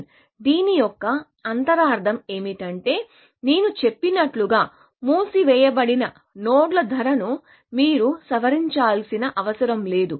దీని యొక్క అంతరార్థం ఏమిటంటే నేను చెప్పినట్లుగా మూసివేయబడిన నోడ్ల ధరను మీరు సవరించాల్సిన అవసరం లేదు